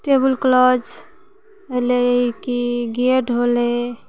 table cloth भेलै कि gate भेलै